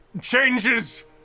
Changes